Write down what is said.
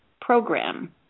program